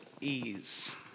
ease